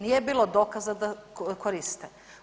Nije bilo dokaza da koriste.